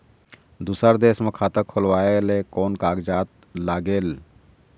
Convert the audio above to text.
दूसर देश मा खाता खोलवाए ले कोन कागजात लागेल?